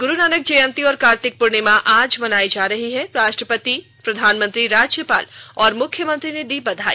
गुरु नानक जयंती और कार्तिक पूर्णिमा आज मनाया जा रहा है राष्ट्रपति प्रधानमंत्री राज्यपाल और मुख्यमंत्री ने दी बधाई